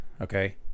okay